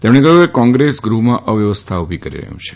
તેમણે કહ્યું કે કોંગ્રેસ ગૃહમાં અવ્યવસ્થા ઉભી કરી રહ્યું છે